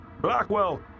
Blackwell